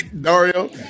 Dario